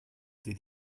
did